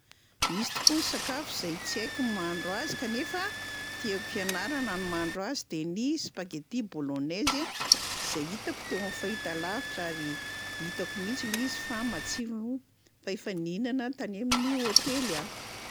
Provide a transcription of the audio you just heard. Misy tokoa ny sakafo zay tsy haiko ny mahandro azy kanefa tiako hianarana ny mahandro azy de ny spaghetti bolognaise a, zay hitako teo amin'ny fahitalavitra ary hitako mihitsy le izy fa matsiro fa efa nihinana tany amin'ny hôtely aho.